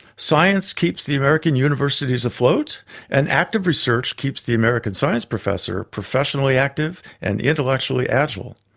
science keeps the american universities afloat and active research keeps the american science professor professionally active and intellectually agile.